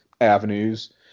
avenues